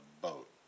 boat